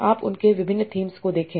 आप उनके विभिन्न थीम्स को देखें